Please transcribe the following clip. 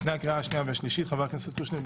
לפני הקריאה השנייה והשלישית אז אנחנו